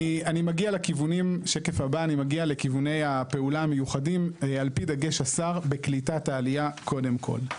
אני מגיע לכיווני הפעולה המיוחדים על פי דגש השר בקליטת העלייה קודם כל.